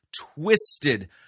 twisted